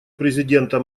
президента